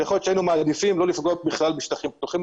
יכול להיות שהיינו מעדיפים לא לפגוע בכלל בשטחים פתוחים,